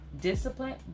discipline